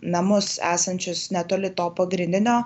namus esančius netoli to pagrindinio